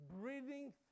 breathing